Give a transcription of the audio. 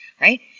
right